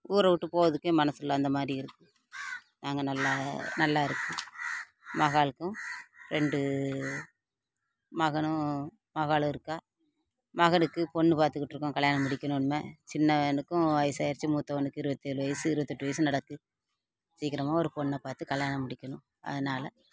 ஊரை விட்டு போகிறதுக்கே மனசில்ல அந்தமாதிரி நாங்கள் நல்லா நல்லா இருக்கோம் மகளுக்கும் ரெண்டு மகனும் மகளும் இருக்கா மகனுக்கு பொண்ணு பார்த்துக்கிட்ருக்கோம் கல்யாணம் முடிக்கணும் இனிமே சின்னவனுக்கு வயது ஆகிருச்சு மூத்தவனுக்கு இருவத்தேழு வயது இருபத்தெட்டு வயது நடக்கு சீக்கரமாக ஒரு பொண்ணை பார்த்து கல்யாணம் முடிக்கணும் அதனால்